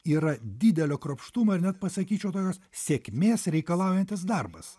yra didelio kruopštumo ir net pasakyčiau tokios sėkmės reikalaujantis darbas